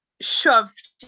shoved